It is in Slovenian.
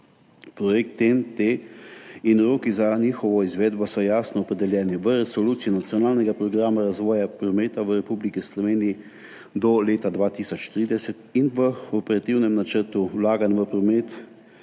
Projekti TEN-T in roki za njihovo izvedbo so jasno opredeljeni v Resoluciji o nacionalnem programu razvoja prometa v Republiki Sloveniji za obdobje do leta 2030 in v operativnem načrtu vlaganj v promet